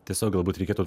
tiesiog galbūt reikėtų